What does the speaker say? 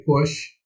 push